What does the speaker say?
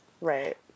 Right